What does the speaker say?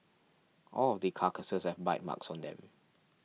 all of the carcasses have bite marks on them